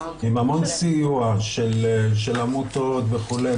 עם המון סיוע של עמותות וכולי'.